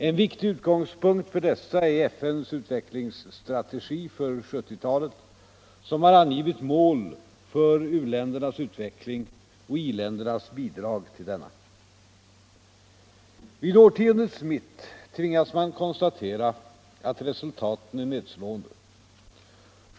En viktig utgångspunkt för dessa är FN:s utvecklingsstrategi för 1970-talet som har angivit mål för u-ländernas utveckling och i-ländernas bidrag till denna. Vid årtiondets mitt tvingas man konstatera att resultaten är nedslående.